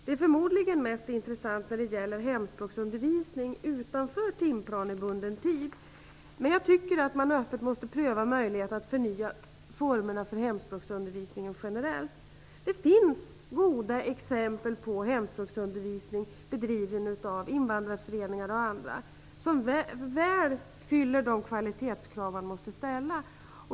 Det är förmodligen mest intressant när det gäller hemspråksundervisning utanför timplanebunden tid. Jag tycker dock att man öppet måste pröva möjligheterna att förnya hemspråksundervisningen generellt. Det finns goda exempel på hemspråksundervisning som bedrivs av invandrarföreningar och andra och som väl uppfyller de kvalitetskrav man måste ställa.